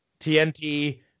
TNT